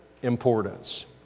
importance